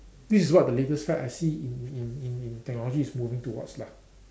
this is what the latest fad I see in in in in technology is moving towards lah